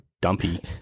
dumpy